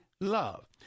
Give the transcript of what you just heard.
love